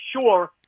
sure